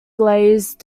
glazed